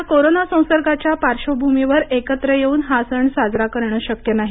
यंदा कोरोना संसर्गाच्या पार्श्वभूमीवर एकत्र येऊन हा सण साजरा करणं शक्य नाही